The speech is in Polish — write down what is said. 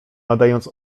nadając